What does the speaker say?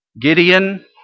Gideon